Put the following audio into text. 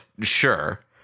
sure